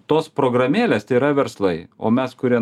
tos programėlės tai yra verslai o mes kurie